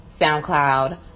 soundcloud